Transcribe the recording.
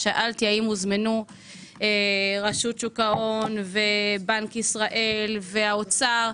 שאלתי אם הוזמנו רשות שוק ההון ובנק ישראל האוצר.